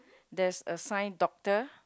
there's a sign doctor